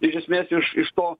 iš esmės iš iš to